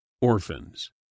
orphans